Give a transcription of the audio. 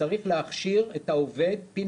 צריך להכשיר את העובד Pin